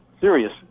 serious